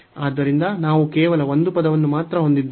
ಆದ್ದರಿಂದ ನಾವು ಕೇವಲ ಒಂದು ಪದವನ್ನು ಮಾತ್ರ ಹೊಂದಿದ್ದೇವೆ